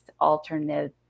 Alternative